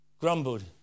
grumbled